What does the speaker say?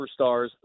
superstars